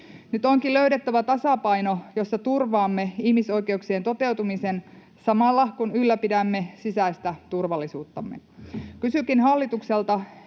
Nyt onkin löydettävä tasapaino, jossa turvaamme ihmisoikeuksien toteutumisen samalla, kun ylläpidämme sisäistä turvallisuuttamme. Kysynkin hallitukselta: